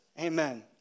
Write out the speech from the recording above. Amen